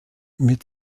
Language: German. mit